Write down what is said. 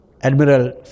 Admiral